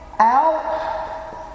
out